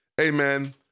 amen